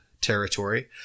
territory